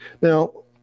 Now